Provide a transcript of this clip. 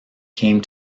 came